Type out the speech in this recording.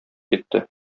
китте